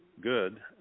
good